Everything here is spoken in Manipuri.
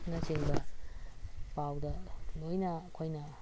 ꯑꯁꯤꯅ ꯆꯤꯡꯕ ꯄꯥꯎꯗ ꯂꯣꯏꯅ ꯑꯩꯈꯣꯏꯅ